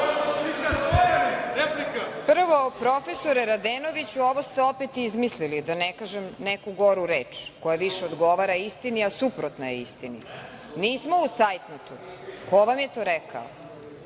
Prvo, profesore Radenoviću, ovo ste opet izmislili, da ne kažem neku goru reč koja više odgovara istini, a suprotna je istini, nismo u cajtnotu. Ko vam je to rekao?